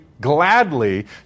gladly